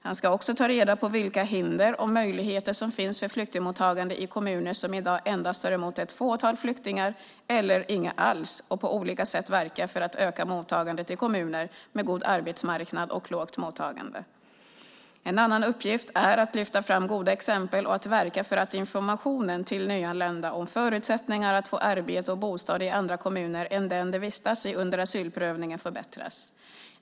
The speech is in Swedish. Han ska också ta reda på vilka hinder och möjligheter som finns för flyktingmottagande i kommuner som i dag endast tar emot ett fåtal flyktingar eller inga alls och på olika sätt verka för ökat mottagande i kommuner med god arbetsmarknad och lågt mottagande. En annan uppgift är att lyfta fram goda exempel och att verka för att informationen till nyanlända om förutsättningar att få arbete och bostad i andra kommuner än den de vistas i under asylprövningen förbättras.